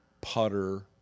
putter